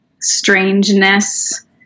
strangeness